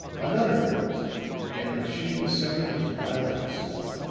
another moment and the machine was sounding its wild fusillade